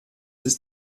ist